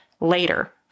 later